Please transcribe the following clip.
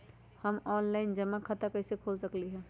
हम ऑनलाइन जमा खाता कईसे खोल सकली ह?